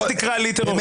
אל תקרא לי טרוריסט.